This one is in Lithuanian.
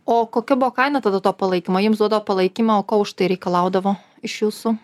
o kokia buvo kaina tada to palaikymo jums duodavo palaikymo o ko už tai reikalaudavo iš jūsų